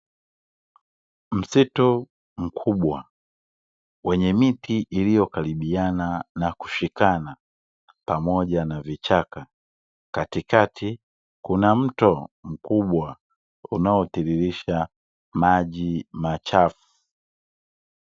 Msitu mkubwa wenye mti iliyokaribiana na kushikana pamoja na vichaka, katikati kuna mto mkubwa unaotiririsha maji machafu.